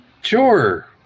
Sure